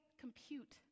compute